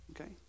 okay